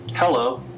Hello